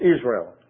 Israel